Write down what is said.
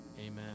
Amen